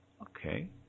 Okay